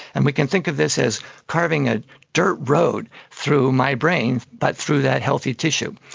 and we can think of this as carving a dirt road through my brain but through that healthy tissue.